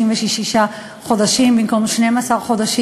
36 חודשים במקום 12 חודשים.